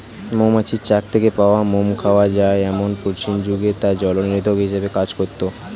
মৌমাছির চাক থেকে পাওয়া মোম খাওয়া যায় এবং প্রাচীন যুগে তা জলনিরোধক হিসেবে কাজ করত